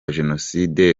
jenoside